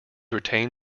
retain